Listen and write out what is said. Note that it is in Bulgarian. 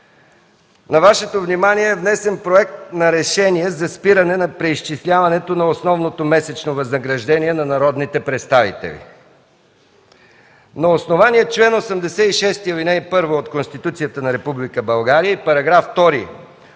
На Вашето внимание е внесен Проект за решение за спиране на преизчисляването на основното месечно възнаграждение на народните представители. „На основание чл. 86, ал. 1 от Конституцията на Република